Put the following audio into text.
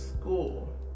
school